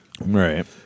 right